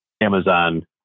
Amazon